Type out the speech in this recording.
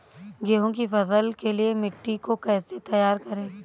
गेहूँ की फसल के लिए मिट्टी को कैसे तैयार करें?